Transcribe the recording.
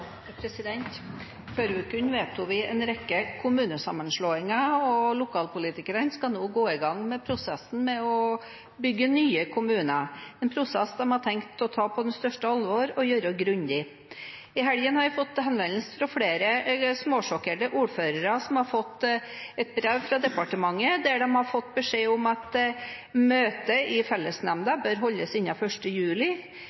vedtok vi en rekke kommunesammenslåinger, og lokalpolitikerne skal nå gå i gang med prosessen med å bygge nye kommuner, en prosess de har tenkt å ta på største alvor og gjøre grundig. I helgen har jeg fått henvendelse fra flere småsjokkerte ordførere som har fått et brev fra departementet der de har fått beskjed om at møtet i